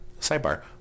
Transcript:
Sidebar